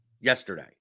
yesterday